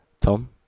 Tom